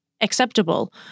acceptable